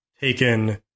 taken